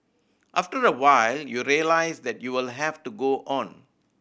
after a while you realise that you will have to go on